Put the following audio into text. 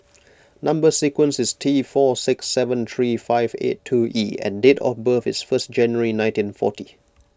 Number Sequence is T four six seven three five eight two E and date of birth is first January nineteen forty